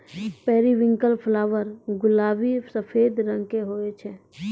periwinkle flower गुलाबी सफेद रंग के हुवै छै